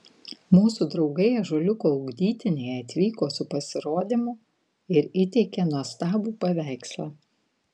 mūsų draugai ąžuoliuko ugdytiniai atvyko su pasirodymu ir įteikė nuostabų paveikslą